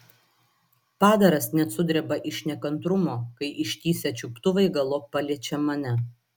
padaras net sudreba iš nekantrumo kai ištįsę čiuptuvai galop paliečia mane